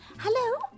Hello